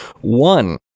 One